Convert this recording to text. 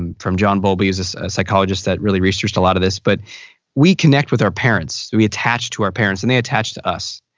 and from john bowlby is a psychologist that really researched a lot of this. but we connect with our parents. we attach to our parents and they attach to us.